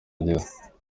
yageze